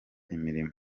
imirimo